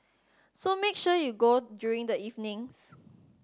so make sure you go during the evenings